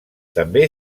també